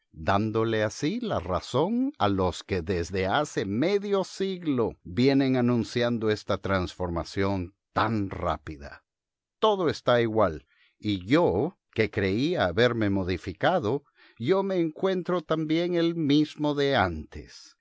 dándole así la razón a los que desde hace medio siglo vienen anunciando esta transformación tan rápida todo está igual y yo que creía haberme modificado yo me encuentro también el mismo de antes